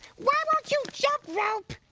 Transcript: why won't you jump rope?